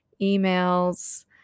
emails